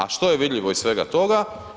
A što je vidljivo iz svega toga?